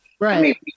Right